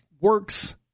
works